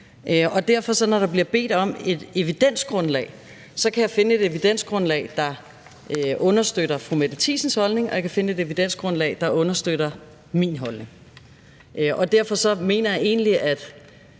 Når der derfor bliver bedt om et evidensgrundlag, kan jeg finde et evidensgrundlag, der understøtter fru Mette Thiesens holdning, og jeg kan finde et evidensgrundlag, der understøtter min holdning. Derfor mener jeg egentlig, at